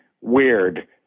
weird